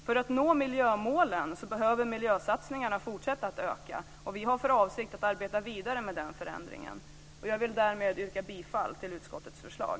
För att nå miljömålen behöver miljösatsningarna fortsätta att öka. Vi har för avsikt att arbeta vidare med den förändringen. Jag vill därmed yrka bifall till utskottets förslag.